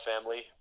family